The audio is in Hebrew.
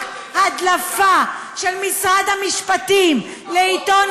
רק הדלפה של משרד המשפטים לעיתון